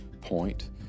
point